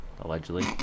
allegedly